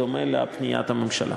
בדומה לפניית הממשלה.